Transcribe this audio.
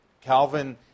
Calvin